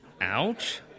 Ouch